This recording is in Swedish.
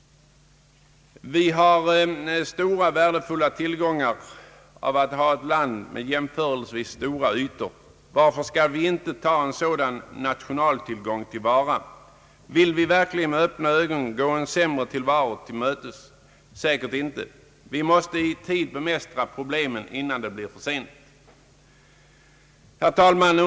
Vi har en stor värdefull tillgång i att ha ett land med jämförelsevis stora ytor. Varför skall vi inte ta en sådan nationaltillgång till vara? Vill vi verkligen med öppna ögon gå en sämre tillvaro till mötes? Säkert inte, men vi måste i tid bemästra problemen innan det blir för sent. Herr talman!